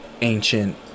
ancient